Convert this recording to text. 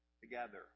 together